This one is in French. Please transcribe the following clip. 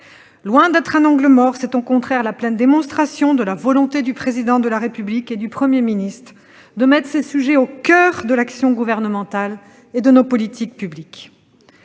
loin d'être un angle mort, bénéficie au contraire pleinement de la volonté du Président de la République et du Premier ministre de mettre ces sujets au coeur de l'action gouvernementale et de nos politiques publiques.